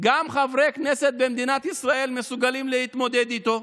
גם חברי כנסת במדינת ישראל מסוגלים להתמודד איתו.